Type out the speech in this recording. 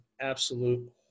absolute